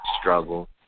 struggle